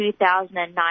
2009